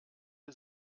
sie